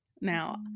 Now